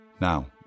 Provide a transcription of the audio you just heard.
Now